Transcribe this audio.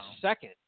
second